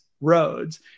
roads